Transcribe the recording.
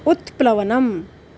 उत्प्लवनम्